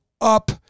up